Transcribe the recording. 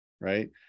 right